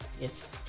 Yes